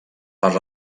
per